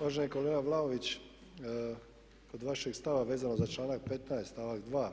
Uvaženi kolega Vlaović kod vašeg stava vezano za članak 15. stavak 2.